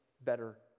better